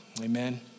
Amen